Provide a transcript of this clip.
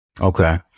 Okay